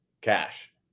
cash